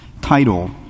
title